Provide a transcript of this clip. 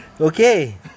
Okay